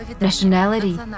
nationality